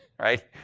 right